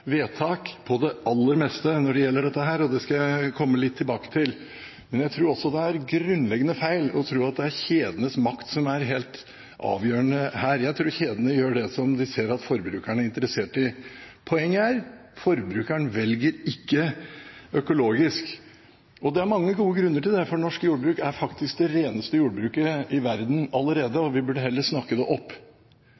vedtak på det aller meste når det gjelder dette, og det skal jeg komme litt tilbake til. Jeg tror også det er grunnleggende feil å tro at det er kjedenes makt som er helt avgjørende her. Jeg tror kjedene gjør det som de ser at forbrukerne er interessert i. Poenget er: Forbrukeren velger ikke økologisk. Det er mange gode grunner til det, for norsk jordbruk er faktisk det reneste jordbruket i verden allerede,